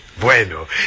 Bueno